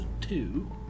two